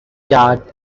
yard